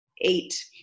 eight